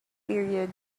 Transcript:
period